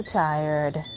tired